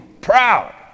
Proud